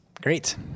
Great